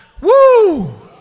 woo